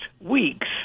weeks